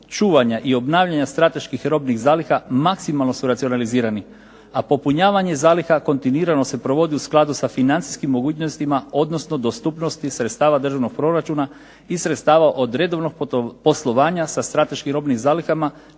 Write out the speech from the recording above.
čuvanja i obnavljanja strateških robnih zaliha maksimalno su racionalizirani a popunjavanje zaliha kontinuirano se provodi u skladu sa financijskim mogućnostima odnosno dostupnosti sredstava državnog proračuna i sredstava od redovnog poslovanja sa strateškim robnim zalihama